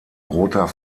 roter